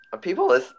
people